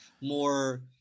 more